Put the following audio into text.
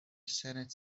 senate